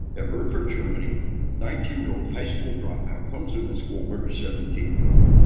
the herford germany nineteen year old high school dropout comes in the school, murders seventeen people.